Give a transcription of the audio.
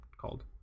called